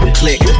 click